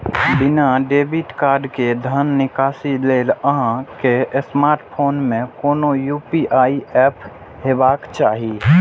बिना debit card के धन निकासी लेल अहां के स्मार्टफोन मे कोनो यू.पी.आई एप हेबाक चाही